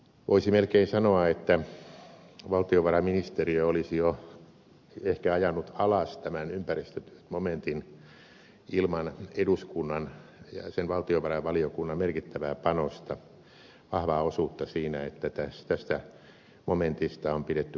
voisi melkein sanoa että valtiovarainministeriö olisi jo ehkä ajanut alas tämän ympäristötyöt momentin ilman eduskunnan ja sen valtiovarainvaliokunnan merkittävää panosta vahvaa osuutta siinä että tästä momentista on pidetty huolta